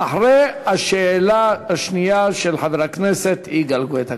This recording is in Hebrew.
אחרי השאלה השנייה של חבר הכנסת יגאל גואטה.